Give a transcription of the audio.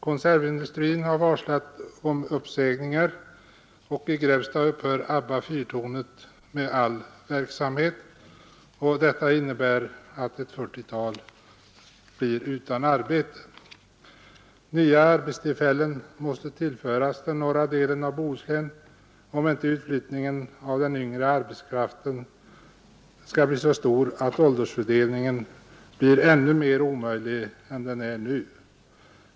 Konservindustrin har varslat om uppsägningar, och i Grebbestad upphör Abba-Fyrtornet med all verksamhet. Därmed blir ett fyrtiotal anställda utan arbete. Nya arbetstillfällen måste tillföras den norra delen av Bohuslän, om inte utflyttningen av den yngre arbetskraften skall bli så stor att åldersfördelningen blir ännu mer omöjlig än den är nu.